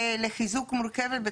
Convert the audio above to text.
הפוך.